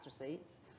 receipts